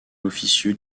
officieux